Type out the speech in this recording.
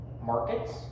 markets